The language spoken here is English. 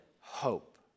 hope